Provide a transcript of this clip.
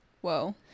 Whoa